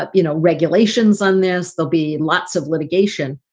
but you know, regulations on this. there'll be lots of litigation,